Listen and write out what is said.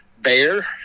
bear